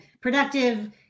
productive